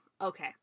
Okay